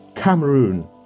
Cameroon